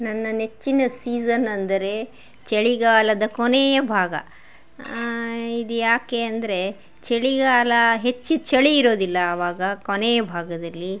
ನನ್ನ ನೆಚ್ಚಿನ ಸೀಸನ್ ಅಂದರೆ ಚಳಿಗಾಲದ ಕೊನೆಯ ಭಾಗ ಇದ್ಯಾಕೆ ಅಂದರೆ ಚಳಿಗಾಲ ಹೆಚ್ಚು ಚಳಿ ಇರೋದಿಲ್ಲ ಅವಾಗ ಕೊನೇ ಭಾಗದಲ್ಲಿ